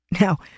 Now